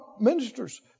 ministers